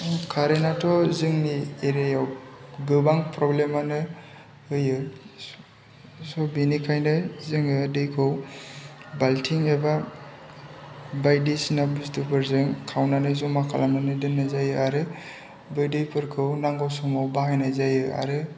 कारेन्टआथ' जोंनि एरियाआव गोबां प्रब्लेमानो होयो स' बेनिखायनो जोङो दैखौ बाल्थिं एबा बायदिसिना बुस्थुफोरजों खावनानै जमा खालामनानै दोननाय जायो आरो बै दैफोरखौ नांगौ समाव बाहायनाय जायो आरो